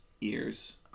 ears